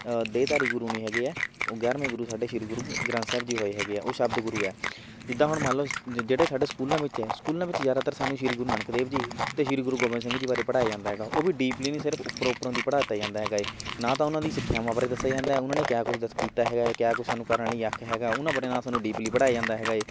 ਦੇਹਧਾਰੀ ਗੁਰੂ ਨਹੀਂ ਹੈਗੇ ਹੈ ਉਹ ਗਿਆਰਵੇਂ ਗੁਰੂ ਸਾਡੇ ਸ਼੍ਰੀ ਗੁਰੂ ਗ੍ਰੰਥ ਸਾਹਿਬ ਜੀ ਹੋਏ ਹੈਗੇ ਆ ਉਹ ਸ਼ਬਦ ਗੁਰੂ ਹੈ ਜਿੱਦਾਂ ਹੁਣ ਮੰਨ ਲਉ ਜ ਜਿਹੜੇ ਸਾਡੇ ਸਕੂਲਾਂ ਵਿੱਚ ਹੈ ਸਕੂਲਾਂ ਵਿੱਚ ਜ਼ਿਆਦਾਤਰ ਸਾਨੂੰ ਸ਼੍ਰੀ ਗੁਰੂ ਨਾਨਕ ਦੇਵ ਜੀ ਅਤੇ ਸ਼੍ਰੀ ਗੁਰੂ ਗੋਬਿੰਦ ਸਿੰਘ ਜੀ ਬਾਰੇ ਪੜ੍ਹਾਏ ਜਾਂਦਾ ਹੈਗਾ ਉਹ ਵੀ ਡੀਪਲੀ ਨਹੀਂ ਸਿਰਫ਼ ਉੱਪਰੋਂ ਉੱਪਰੋਂ ਦੀ ਪੜ੍ਹਾ ਤਾ ਜਾਂਦਾ ਹੈਗਾ ਏ ਨਾ ਤਾਂ ਉਹਨਾਂ ਦੀ ਸਿੱਖਿਆਵਾਂ ਬਾਰੇ ਦੱਸਿਆ ਜਾਂਦਾ ਏ ਉਹਨਾਂ ਨੇ ਕਿਹਾ ਕੁਛ ਦਸ ਕੀਤਾ ਹੈਗਾ ਹੈ ਕਿਆ ਕੁਛ ਸਾਨੂੰ ਕਰਨ ਲਈ ਆਖਿਆ ਹੈਗਾ ਉਹਨਾਂ ਬਾਰੇ ਨਾ ਸਾਨੂੰ ਡੀਪਲੀ ਪੜ੍ਹਾਇਆ ਜਾਂਦਾ ਹੈਗਾ ਏ